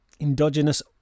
endogenous